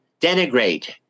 denigrate